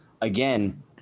again